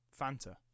Fanta